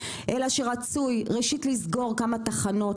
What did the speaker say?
אלא שרצוי ראשית לסגור כמה תחנות,